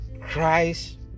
Christ